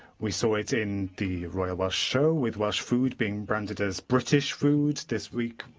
we saw it in the royal welsh show, with welsh food being branded as british food. this week,